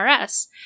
RS